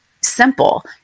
simple